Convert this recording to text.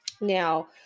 Now